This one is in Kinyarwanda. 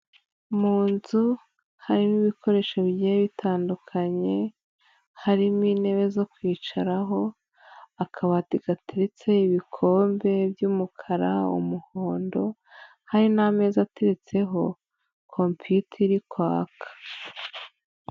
Mu nzu harimo ibikoresho bigiye bitandukanye, harimo intebe zo kwicaraho, akabati gateretseho ibikombe by'umukara, umuhondo, hari n'ameza ateretseho computer iri kwaka.